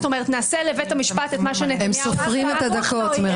נעשה לבית המשפט את מה שנתניהו --- הם סופרים את הדקות.